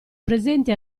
presenti